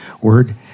word